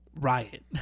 riot